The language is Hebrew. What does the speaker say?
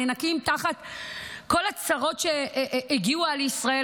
נאנקים תחת כל הצרות שבאו על ישראל,